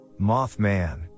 Mothman